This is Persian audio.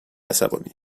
عصبانی